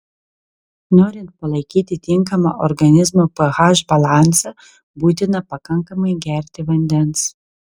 norint palaikyti tinkamą organizmo ph balansą būtina pakankamai gerti vandens